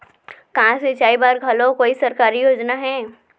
का सिंचाई बर घलो कोई सरकारी योजना हे?